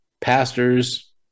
pastors